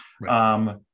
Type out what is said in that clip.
right